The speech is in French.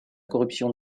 corruption